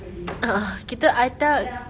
ah ah kita I tell